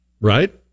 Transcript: right